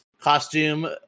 costume